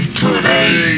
today